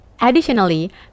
Additionally